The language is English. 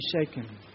shaken